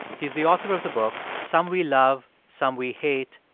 he's the author of the book some we love, some we hate,